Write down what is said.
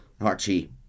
Archie